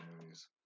movies